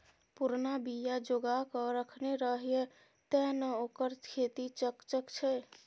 पुरना बीया जोगाकए रखने रहय तें न ओकर खेती चकचक छै